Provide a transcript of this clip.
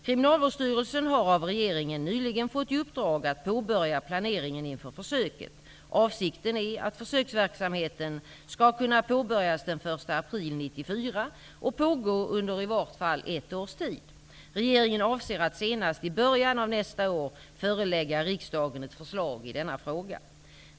Kriminalvårdsstyrelsen har av regeringen nyligen fått i uppdrag att påbörja planeringen inför försöket. Avsikten är att försöksverksamheten skall kunna påbörjas den 1 april 1994 och pågå under i vart fall ett års tid. Regeringen avser att senast i början av nästa år förelägga riksdagen ett förslag i denna fråga.